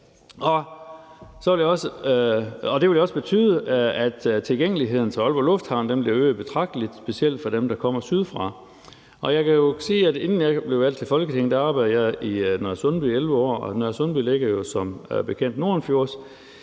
Det vil jo også betyde, at tilgængeligheden til Aalborg Lufthavn bliver øget betragteligt, specielt for dem, der kommer sydfra. Jeg kan sige, at inden jeg blev valgt til Folketinget, arbejdede jeg i Nørresundby i 11 år, og Nørresundby ligger jo som bekendt nordenfjords,